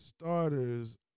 starters